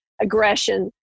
aggression